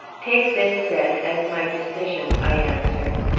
take this, then, as my decision, i answered.